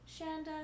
Shanda